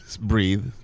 breathe